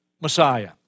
Messiah